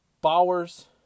bowers